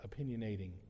opinionating